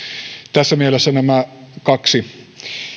tässä mielessä nämä kaksi